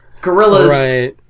Gorillas